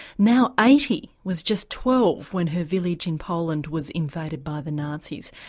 now eighty, was just twelve when her village in poland was invaded by the nazis.